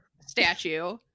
statue